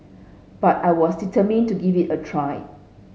but I was determined to give it a try